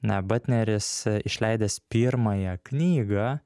na batneris a išleidęs pirmąją knygą